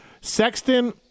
sexton